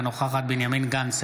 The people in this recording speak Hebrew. אינה נוכחת בנימין גנץ,